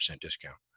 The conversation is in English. discount